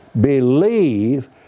believe